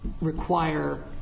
require